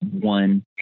one